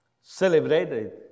celebrated